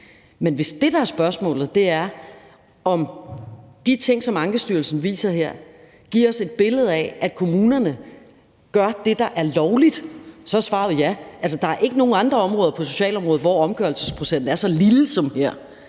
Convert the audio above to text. Men hvis det, der er spørgsmålet, er, om de ting, som Ankestyrelsen viser her, giver os et billede af, at kommunerne gør det, der er lovligt, så er svaret ja. Der er ikke nogen andre områder på socialområdet, hvor omgørelsesprocenten er så lille som her.